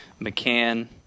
McCann